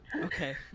Okay